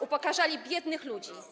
Upokarzali... [[Głos z sali: Hańba.]] ...biednych ludzi.